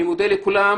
אני מודה לכולם.